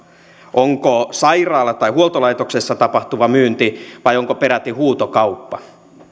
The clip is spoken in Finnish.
onko sairaala tai huoltolaitoksessa tapahtuva myynti vai onko peräti huutokauppa